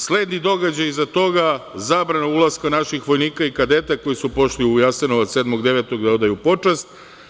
Sledi događaj iza toga, zabrana ulaska naših vojnika i kadeta, koji su pošli u Jasenovac 7. septembra da odaju počast.